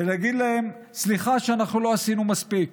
ולהגיד להם: סליחה שאנחנו לא עשינו מספיק.